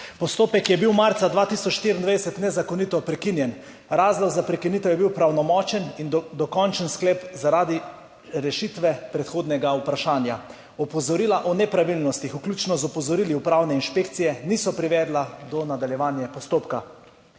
Postopek je bil marca 2024 nezakonito prekinjen. Razlog za prekinitev je bil pravnomočen in dokončen sklep zaradi rešitve predhodnega vprašanja. Opozorila o nepravilnostih, vključno z opozorili Upravne inšpekcije, niso privedla do nadaljevanja postopka.